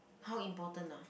how important ah